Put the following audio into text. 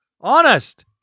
Honest